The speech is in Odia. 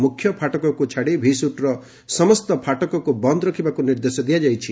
ମୁଖ୍ୟ ଫାଟକକୁ ଛାଡି ଭିସୁଟର ସମସ୍ତ ଫାଟକକୁ ବନ୍ଦ ରଖିବାକୁ ନିର୍ଦ୍ଦେଶ ଦିଆଯାଇଛି